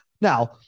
Now